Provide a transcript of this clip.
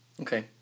Okay